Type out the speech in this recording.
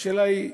השאלה היא,